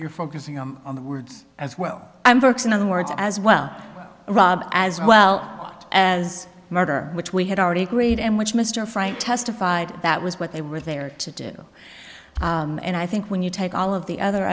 you're focusing on the words as well in other words as well as well as murder which we had already agreed and which mr frank testified that was what they were there to do and i think when you take all of the other